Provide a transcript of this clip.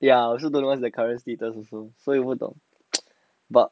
ya I also don't know what's the current status also 所以不懂 but